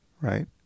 right